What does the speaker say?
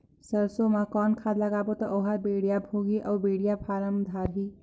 सरसो मा कौन खाद लगाबो ता ओहार बेडिया भोगही अउ बेडिया फारम धारही?